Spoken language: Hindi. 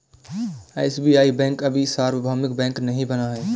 एस.बी.आई बैंक अभी सार्वभौमिक बैंक नहीं बना है